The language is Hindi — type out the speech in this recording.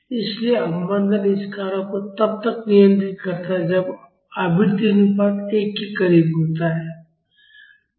इसलिए अवमंदन इस कारक को तब नियंत्रित करता है जब आवृत्ति अनुपात 1 के करीब होता है